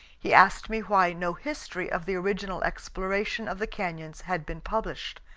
he asked me why no history of the original exploration of the canyons had been published.